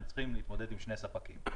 הם צריכים להתמודד עם שני ספקים.